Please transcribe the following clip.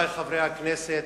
רבותי חברי הכנסת,